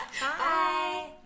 Bye